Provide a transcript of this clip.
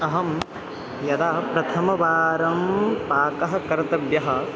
अहं यदा प्रथमवारं पाकं कर्तव्यम्